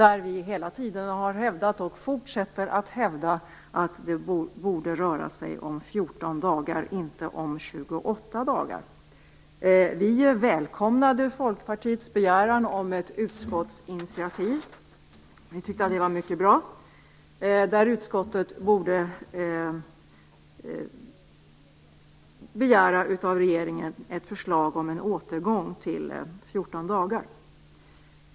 Vi har hela tiden hävdat, och fortsätter att hävda, att det borde röra sig om 14 dagar - inte 28 dagar. Vi välkomnade Folkpartiets begäran om ett utskottsinitiativ. Vi tyckte att det var mycket bra. Utskottet borde begära av regeringen ett förslag om en återgång till 14 dagar.